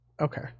okay